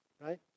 right